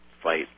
fight